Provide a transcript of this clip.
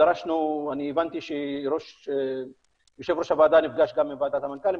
אני הבנתי שיושב ראש הוועדה נפגש גם עם ועדת המנכ"לים,